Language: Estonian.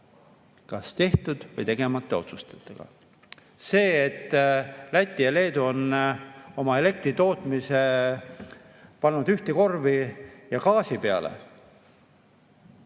kas tehtud või tegemata otsustega. See, et Läti ja Leedu on oma elektritootmise pannud ühte korvi ja gaasi peale,